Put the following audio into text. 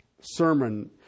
sermon